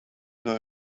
nor